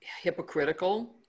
hypocritical